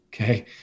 okay